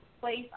place